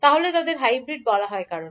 তাহলে তাদের হাইব্রিড বলা হয় কেন